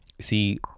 see